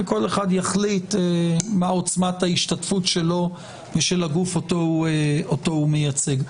וכל אחד יחליט מה עוצמת השתתפותו ושל הגוף אותו הוא מייצג.